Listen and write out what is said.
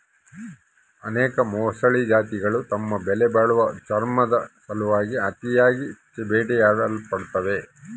ಅನೇಕ ಮೊಸಳೆ ಜಾತಿಗುಳು ತಮ್ಮ ಬೆಲೆಬಾಳೋ ಚರ್ಮುದ್ ಸಲುವಾಗಿ ಅತಿಯಾಗಿ ಬೇಟೆಯಾಡಲ್ಪಡ್ತವ